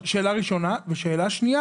שאלה שנייה